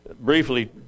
briefly